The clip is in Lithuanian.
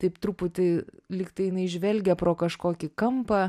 taip truputį lyg tai jinai žvelgia pro kažkokį kampą